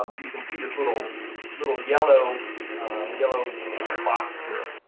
um you can see this little little yellow yellow box here.